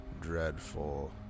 dreadful